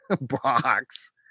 box